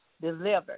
delivered